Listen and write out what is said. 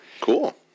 Cool